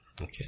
Okay